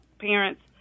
parents